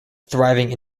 thriving